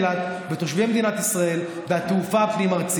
אני כאן בשם תושבי העיר אילת ותושבי מדינת ישראל והתעופה הפנים-ארצית,